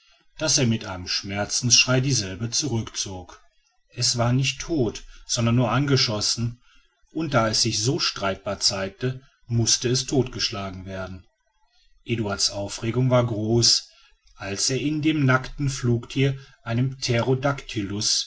daß er mit einem schmerzensschrei dieselbe zurückzog es war nicht tot sonder nur angeschossen und da es sich so streitbar zeigte mußte es totgeschlagen werden eduard's aufregung war groß als er in dem nackten flugtier einen